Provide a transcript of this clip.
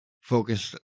focused